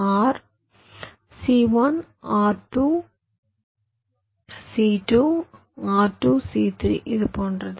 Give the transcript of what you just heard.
R C1 R2 C2 R2 C3 இது போன்றது